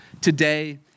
today